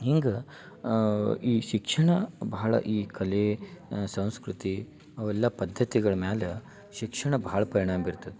ಹಿಂಗೆ ಈ ಶಿಕ್ಷಣ ಬಹಳ ಈ ಕಲೆ ಸಂಸ್ಕೃತಿ ಅವೆಲ್ಲ ಪದ್ಧತಿಗಳು ಮ್ಯಾಲ ಶಿಕ್ಷಣ ಭಾಳ ಪರಿಣಾಮ ಬೀರ್ತೈತಿ